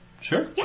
Sure